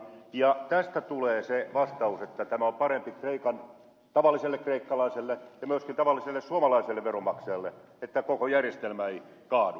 ja tästä tulee se vastaus että tämä on parempi tavalliselle kreikkalaiselle ja myöskin tavalliselle suomalaiselle veronmaksajalle että koko järjestelmä ei kaadu